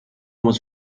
was